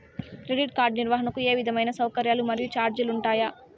Credit card నిర్వహణకు ఏ విధమైన సౌకర్యాలు మరియు చార్జీలు ఉంటాయా?